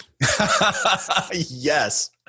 Yes